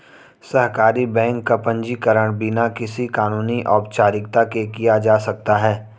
सहकारी बैंक का पंजीकरण बिना किसी कानूनी औपचारिकता के किया जा सकता है